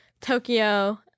Tokyo